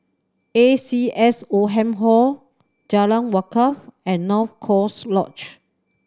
A C S Oldham Hall Jalan Wakaff and North Coast Lodge